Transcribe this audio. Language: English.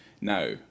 Now